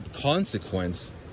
consequence